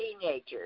teenagers